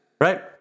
right